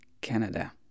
Canada